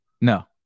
no